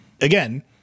again-